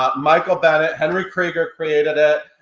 ah michael bennett, henry krieger created it.